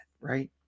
right